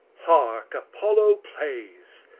hark! apollo plays,